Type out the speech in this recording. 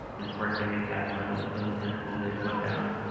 missed work days as a result of those missed school days went down,